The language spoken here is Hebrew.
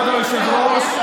כבוד היושב-ראש,